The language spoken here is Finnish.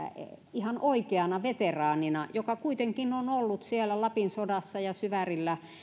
ihan oikeana veteraanina joka kuitenkin on ollut siellä lapin sodassa ja syvärillä